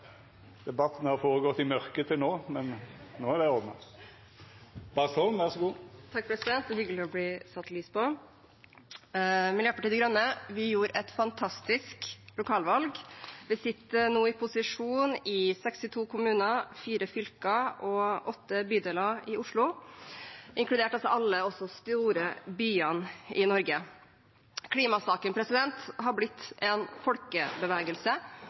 Debatten har gått føre seg i mørket til nok, men no er det ordna. Det er hyggelig å bli satt lys på. Miljøpartiet De Grønne gjorde et fantastisk lokalvalg. Vi sitter nå i posisjon i 62 kommuner, fire fylker og åtte bydeler i Oslo, inkludert også alle de store byene i Norge. Klimasaken har blitt en folkebevegelse,